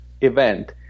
event